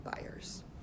buyers